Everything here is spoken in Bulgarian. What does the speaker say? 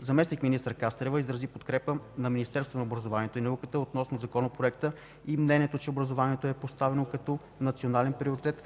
Заместник-министър Кастрева изрази подкрепата на Министерството на образованието и науката относно Законопроекта и мнението, че образованието е поставено като национален приоритет